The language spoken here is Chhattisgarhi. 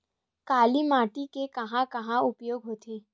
काली माटी के कहां कहा उपयोग होथे?